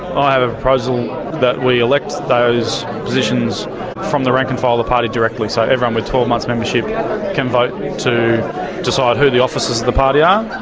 i have a proposal that we elect those positions from the rank and file of the party directly. so everyone with twelve months membership yeah can vote to decide who the officers of the party are,